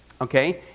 okay